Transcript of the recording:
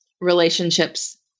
relationships